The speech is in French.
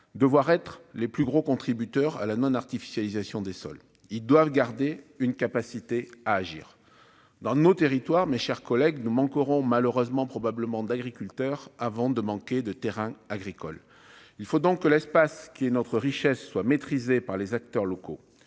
devoir être les plus gros contributeurs à la non-artificialisation des sols, ils doivent garder une capacité à agir dans nos territoires, mes chers collègues, ne manqueront malheureusement probablement d'agriculteurs avant de manquer de terrains agricoles, il faut donc que l'espace qui est notre richesse soit maîtrisé par les acteurs locaux